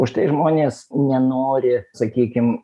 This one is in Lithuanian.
už tai žmonės nenori sakykim